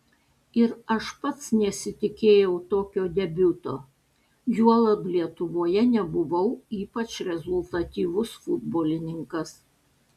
ir aš pats nesitikėjau tokio debiuto juolab lietuvoje nebuvau ypač rezultatyvus futbolininkas